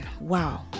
wow